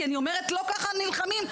כי אני אומרת לא ככה נלחמים,